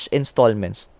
installments